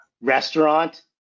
Restaurant